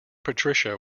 patricia